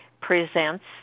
presents